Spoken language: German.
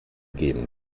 geben